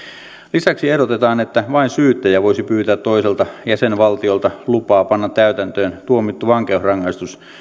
lisäksi ehdotetaan että vain syyttäjä voisi pyytää toiselta jäsenvaltiolta lupaa panna täytäntöön tuomittu vankeusrangaistus